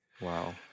wow